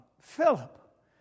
Philip